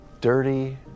Dirty